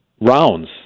rounds